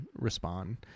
respond